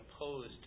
opposed